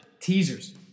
Teasers